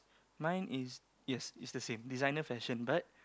mine is yes it's the same designer fashion but